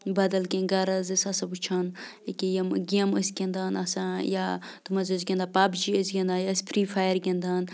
بدل کیٚنٛہہ گَرا حظ ٲسۍ آسان وٕچھان ییٚکیٛاہ یِم گیمہٕ ٲسۍ گِنٛدان آسان یا تِم حظ ٲسۍ گِنٛدان پَب جی ٲسۍ گِنٛدان یا ٲسۍ فِرٛی فایَر گِنٛدان